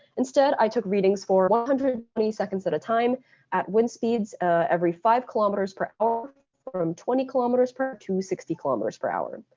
instead, i took readings for one hundred and twenty seconds at a time at wind speeds every five kilometers per hour from twenty kilometers per hour to sixty kilometers per hour.